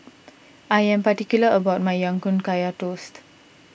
I am particular about my Ya Kun Kaya Toast